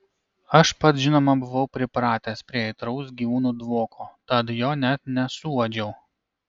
aš pats žinoma buvau pripratęs prie aitraus gyvūnų dvoko tad jo net nesuuodžiau